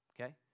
okay